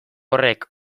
horrek